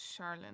Charlene